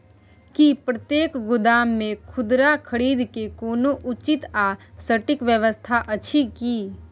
की प्रतेक गोदाम मे खुदरा खरीद के कोनो उचित आ सटिक व्यवस्था अछि की?